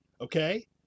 Okay